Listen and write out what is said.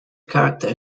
character